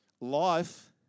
Life